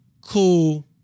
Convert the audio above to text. cool